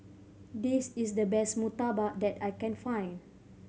this is the best murtabak that I can find